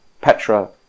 Petra